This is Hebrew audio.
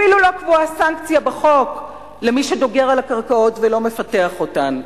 אפילו לא קבועה סנקציה בחוק למי שדוגר על הקרקעות ולא מפתח אותן.